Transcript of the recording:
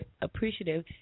appreciative